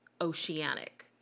oceanic